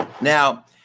Now